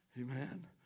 Amen